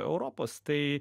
europos tai